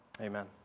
Amen